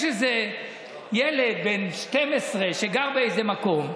יש איזה ילד בן 12 שגר באיזה מקום,